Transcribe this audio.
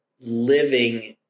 living